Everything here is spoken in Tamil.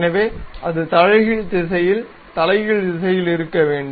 எனவே அது தலைகீழ் திசையில் தலைகீழ் திசையில் இருக்க வேண்டும்